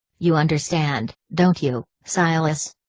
you understand, don't you, silas?